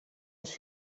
els